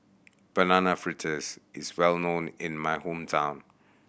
Banana Fritters is well known in my hometown